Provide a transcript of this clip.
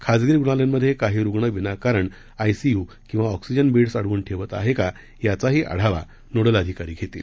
खासगी रुग्णालयांमध्ये काही रुग्ण विनाकारण आयसीयू किंवा ऑक्सिजन बेडस अडवून ठेवत आहेत का याचाही आढावा नोडल अधिकारी घेतील